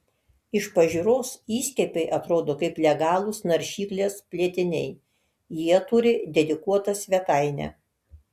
iš pažiūros įskiepiai atrodo kaip legalūs naršyklės plėtiniai jie turi dedikuotą svetainę